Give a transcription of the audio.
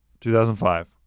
2005